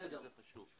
בסדר.